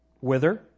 whither